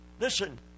Listen